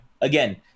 again